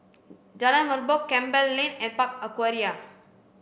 Jalan Merbok Campbell Lane and Park Aquaria